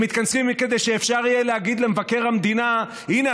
הם מתכנסים כדי שאפשר יהיה להגיד למבקר המדינה: הינה,